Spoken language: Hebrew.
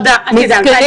מסכנים